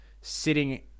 sitting